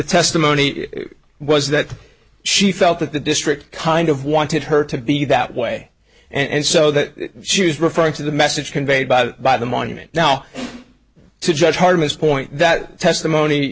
testimony was that she felt that the district kind of wanted her to be that way and so that she was referring to the message conveyed by the by the monument now to judge hardness point that testimony